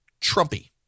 Trumpy